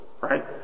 right